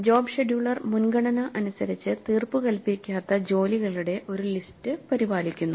job scheduler മുൻഗണന അനുസരിച്ച് തീർപ്പുകൽപ്പിക്കാത്ത ജോലികളുടെ ഒരു ലിസ്റ്റ് പരിപാലിക്കുന്നു